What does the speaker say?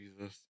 Jesus